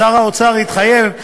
שר האוצר התחייב,